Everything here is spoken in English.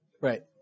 Right